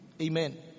Amen